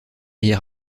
est